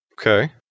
Okay